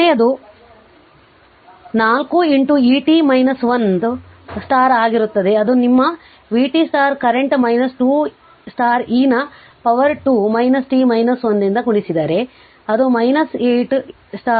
ಕೊನೆಯದು 4 et 1 ಆಗಿರುತ್ತದೆ ಅದು ನಿಮ್ಮ vt current 2 e ನ ಪವರ್ 2 t 1 ಯಿಂದ ಗುಣಿಸಿದರೆ ಅದು 8 e ನ ಪವರ್ 2 t 1